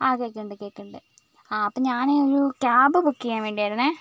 ആ കേൾക്കുന്നുണ്ട് കേൾക്കുന്നുണ്ട് ആ അപ്പം ഞാൻ ഒരു ക്യാബ് ബുക്ക് ചെയ്യാൻ വേണ്ടിയായിരുന്നേ രുന്നേ